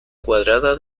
cuadrada